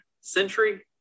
century